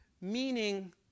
meaning